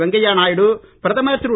வெங்கையா நாயுடு பிரதமர் திரு